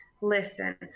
listen